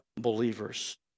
believers